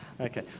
Okay